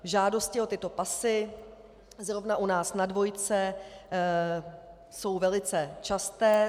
Žádosti o tyto pasy zrovna u nás na dvojce jsou velice časté.